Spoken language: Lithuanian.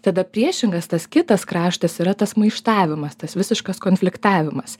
tada priešingas tas kitas kraštas yra tas maištavimas tas visiškas konfliktavimas